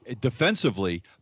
defensively